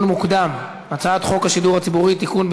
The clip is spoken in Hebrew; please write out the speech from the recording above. מוקדם: הצעת חוק השידור הציבורי (תיקון,